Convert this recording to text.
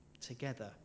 together